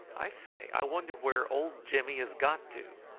i say, i wonder where old jimmy has got to.